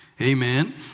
Amen